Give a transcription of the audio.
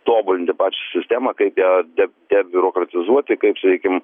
tobulinti pačią sistemą kaip ją de debiurokratizuoti kaip sakykim